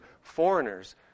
foreigners